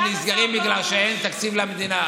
נסגרים בגלל שאין תקציב למדינה.